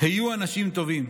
היו אנשים טובים.